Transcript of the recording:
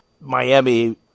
Miami